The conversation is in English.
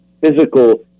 physical